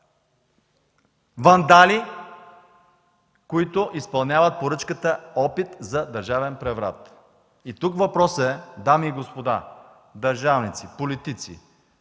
вандали, които изпълняват поръчката опит за държавен преврат. Тук въпросът е, дами и господа, държавници, политици,